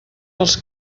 dels